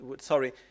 sorry